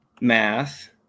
math